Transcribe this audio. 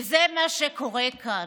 וזה מה שקורה כאן.